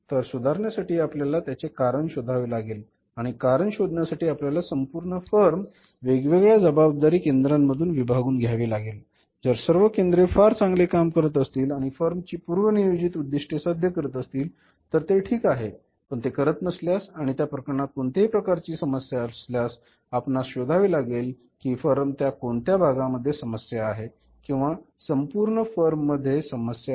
तर सुधारण्यासाठी आपल्याला त्याचे कारण शोधावे लागेल आणि कारण शोधण्यासाठी आपल्याला संपूर्ण फर्म वेगवेगळ्या जबाबदारी केंद्रांमध्ये विभागून घ्यावी लागेल जर सर्व केंद्रे 'फार चांगले काम करत असतील आणि फर्मची पूर्वनियोजित उद्दिष्टे साध्य करत असतील तर ते ठीक आहे पण ते करत नसल्यास आणि त्या प्रकरणात कोणत्याही प्रकारची समस्या असल्यास आपणास शोधावे लागेल कि फर्म च्या कोणत्या भागामध्ये समस्या आहे किंवा संपूर्ण फर्म मध्ये समस्या आहे